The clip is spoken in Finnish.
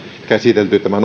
käsitelty tämä